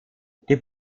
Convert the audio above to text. die